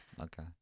Okay